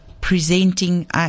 presenting